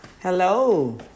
Hello